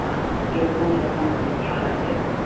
আর কিরকম শতাংশ ছাড় আছে